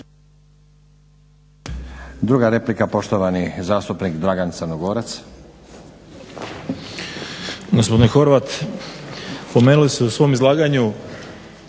Druga replika poštovani zastupnik Dragan Crnogorac.